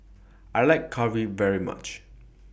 I like Curry very much